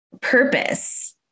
purpose